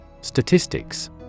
Statistics